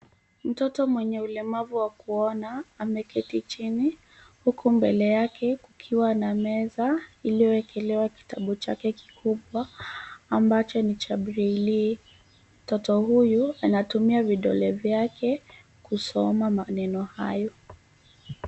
Mtoto mwenye ulemavu wa kuona ameketi chini huku mbele yake kukiwa na meza iliowekwa kitabu chake kikubwa ambacho ni cha braille . Mtoto huyo anatumia vidole vyake kusoma maneno hayo.